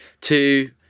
Two